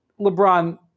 LeBron